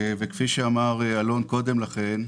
כפי שאמר אלון קודם לכן,